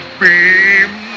beam